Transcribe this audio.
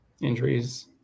injuries